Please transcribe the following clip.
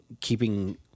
keeping